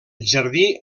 jardí